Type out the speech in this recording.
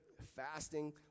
fasting